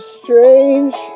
strange